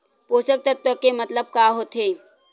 पोषक तत्व के मतलब का होथे?